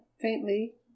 faintly